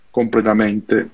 completamente